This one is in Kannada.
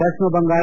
ಪಶ್ಚಿಮ ಬಂಗಾಳ